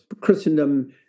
Christendom